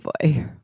boy